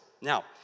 Now